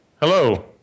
Hello